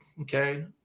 Okay